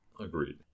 Agreed